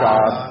God